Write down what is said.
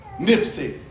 Nipsey